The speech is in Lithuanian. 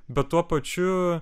bet tuo pačiu